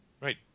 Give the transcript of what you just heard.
Right